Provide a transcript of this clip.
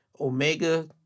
Omega